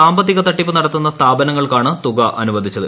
സാമ്പത്തിക തട്ടിപ്പ് നടത്തുന്ന സ്ഥാപനങ്ങൾക്കാണ് തുക അനുവദിച്ചത്